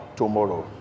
tomorrow